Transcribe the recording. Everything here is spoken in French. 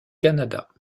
canada